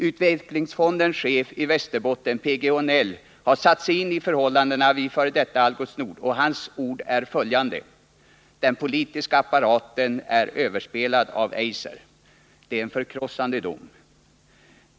Utvecklingsfondens chef i Västerbotten, P. G. Hånell, har satt sig in i förhållandena vid f. d. Algots Nord, och hans ord är följande: ”Den politiska apparaten är överspelad av Eiser.” Det är en förkrossande dom.